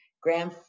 Graham